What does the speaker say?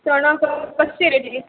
चणाक कशा ते रेटीन